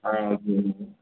ah okay bro